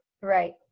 Right